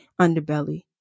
underbelly